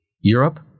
Europe